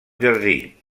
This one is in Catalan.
jardí